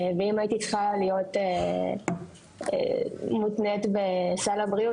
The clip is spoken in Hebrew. אם הייתי צריכה להיות תלויה בסל הבריאות